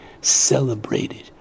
celebrated